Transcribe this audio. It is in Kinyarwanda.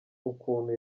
ukuntu